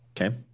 Okay